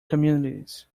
communities